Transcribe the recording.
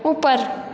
ऊपर